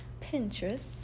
pinterest